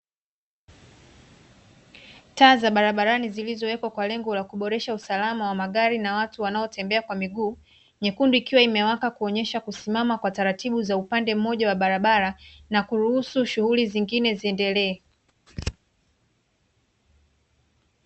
Taa za barabarani zilizowekwa kwa lengo la kuboresha usalama wa magari na watu wanaotembea kwa miguu. Nyekundi ikiwa imewaka kwa kuonyesha kusimama kwa tararibu za upande mmoja wa barabara na kuruhusu shunguli zingine ziendelee